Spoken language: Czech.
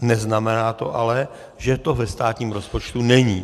Neznamená to ale, že to ve státním rozpočtu není.